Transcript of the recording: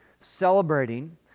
celebrating